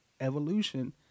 evolution